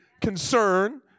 concern